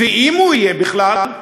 ואם הוא יהיה בכלל,